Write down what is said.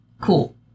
Cool